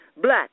black